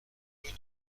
rue